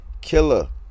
killer